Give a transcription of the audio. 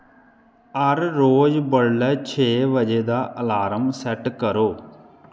हर रोज बडलै छे बजे दा अलार्म सैट्ट करो